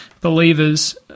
believers